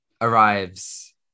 arrives